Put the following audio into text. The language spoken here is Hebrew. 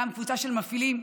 גם קבוצה של מפעילים,